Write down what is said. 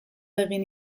egin